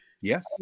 Yes